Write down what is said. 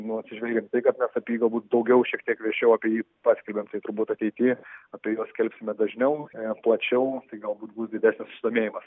nu atsižvelgiant į tai kad mes apie jį galbūt daugiau šiek tiek viešiau apie jį paskelbėm tai turbūt ateity apie juos skelbsime dažniau plačiau tai galbūt bus didesnis susidomėjimas